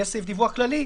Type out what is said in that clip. יש סעיף דיווח כללי,